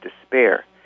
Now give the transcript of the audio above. despair